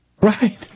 Right